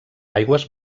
aigües